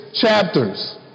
chapters